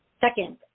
Second